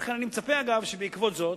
ולכן צפוי, אגב, שבעקבות זאת,